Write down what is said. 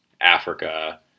Africa